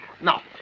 Now